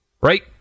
Right